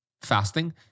fasting